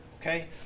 okay